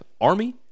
Army